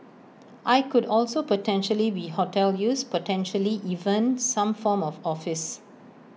I could also potentially be hotel use potentially even some form of office